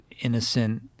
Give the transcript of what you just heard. innocent